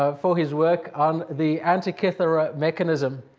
um for his work on the antikythera mechanism.